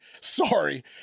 sorry